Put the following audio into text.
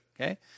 okay